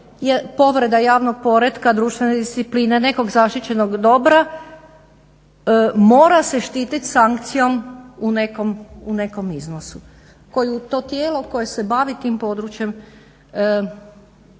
povreda javnog poretka društvene discipline nekog zaštićenog dobra mora se štititi sankcijom u nekom iznosu koju to tijelo koje se bavi tim područjem